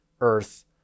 earth